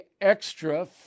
extra